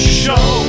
show